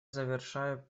завершаю